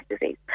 disease